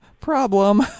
problem